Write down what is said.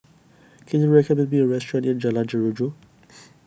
can you recommend me a restaurant near Jalan Jeruju